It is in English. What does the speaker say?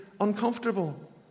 uncomfortable